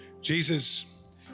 Jesus